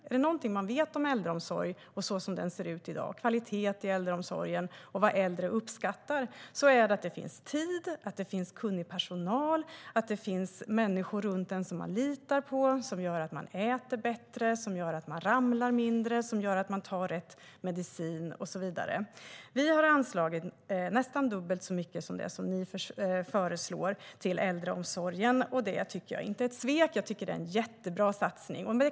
Är det något vi vet om äldreomsorg så som den ser ut i dag vad gäller kvalitet och vad äldre uppskattar så är det att det finns tid, att det finns kunnig personal och att det finns människor runt en som man litar på, vilket gör att man äter bättre, ramlar mindre, tar rätt medicin och så vidare. Vi anslår nästan dubbelt så mycket som ni till äldreomsorgen. Det är inget svek utan en jättebra satsning.